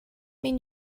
mean